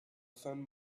sun